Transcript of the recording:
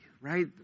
right